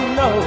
no